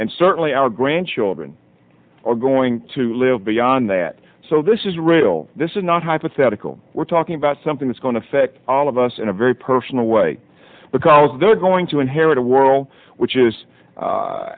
and certainly our grandchildren are going to live beyond that so this is real this is not hypothetical we're talking about something that's going to affect all of us in a very personal way because they're going to inherit a world which is